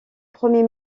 premier